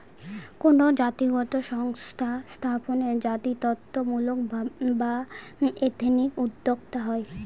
কোনো জাতিগত সংস্থা স্থাপনে জাতিত্বমূলক বা এথনিক উদ্যোক্তা হয়